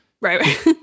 Right